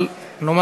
אני רוצה לבקש רשות